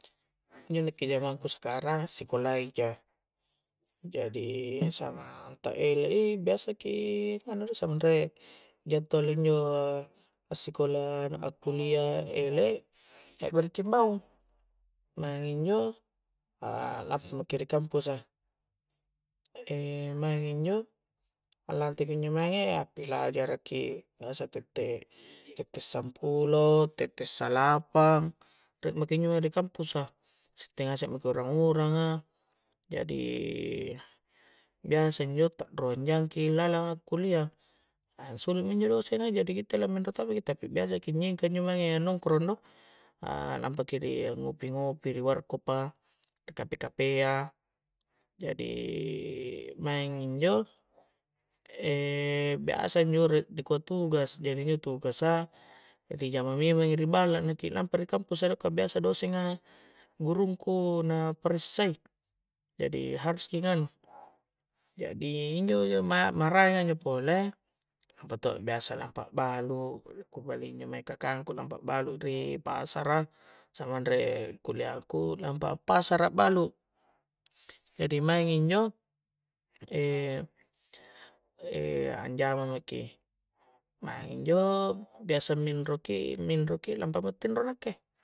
Kunni' jamang ku sekarang sikola'ija jadi samang ta ele'i biasaki anu mo samang rai' yatalli' injo' assi'kola na akulli'a ele' bangung', maeng injo' a' ri' kampusa', e' maeng injo' a'lantteki injo' mange' a'ppilajaraki biasa tette' sampulo' tette' salapang' re' maki injo mae' di kampusa', si itte' ngaseng' maki' urang-uranga' jadi biasa injo' ta' ruang jang'ki lalang ngakullia', ansulu' mi injo dosenga' jadi kitte laminro to' meki, tapi biasa ki nyengka injo' mange' a' nongkrong do' a' lampaki di angopi-ngopi ri warkop'a, ri' kape'-kape' ya jadi maeng injo' e' biasa injo' re' dikua' tugas jadi injo' tugas'a dijamang memang ri' balla na' ki lampa ri kampusa' do kah biasa dosenga' gurungku' na parissai' jadi haruski nganu' jadi injo' ma' mareanga' injo' pole, lampa' to' biasa, lampa' balu, ku bali' injo' mae' kakangku nampa balu' ri' pasara samang ri' kulliangku' nampa' pasara' balu' jadi maeng' njo', e' e' anjama maki maeng njo' biasa minro' ki, minro' ki lampa' tindro' nakke'.